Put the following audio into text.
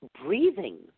breathing